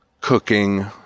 cooking